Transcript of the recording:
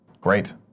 Great